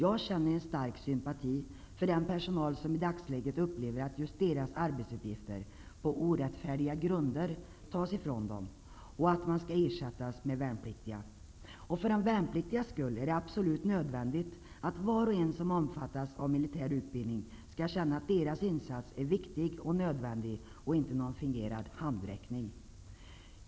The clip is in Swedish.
Jag känner en stark sympati för den personal som i dagsläget upplever att just deras arbetsuppgifter på orättfärdiga grunder tas ifrån dem och att de skall ersättas med värnpliktiga. För de värnpliktigas skull är det absolut nödvändigt att var och en som omfattas av militär utbildning skall känna att deras insats är viktig och nödvändig och inte någon fingerad handräckning.